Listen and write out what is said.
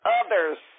others